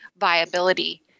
viability